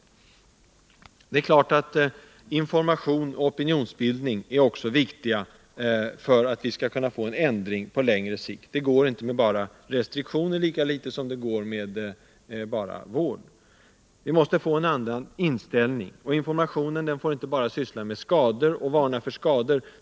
r Det är klart att information och opinionsbildning är viktiga delar för att vi på längre sikt skall kunna få till stånd en ändring. Lika litet som det går med bara vård, går det med bara restriktioner. Vi måste få en annan inställning. Och informationen får inte bara varna för skador.